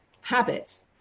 habits